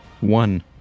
One